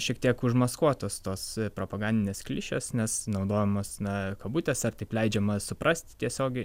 šiek tiek užmaskuotos tos propagandinės klišės nes naudojamos na kabutės ar taip leidžiama suprasti tiesiogiai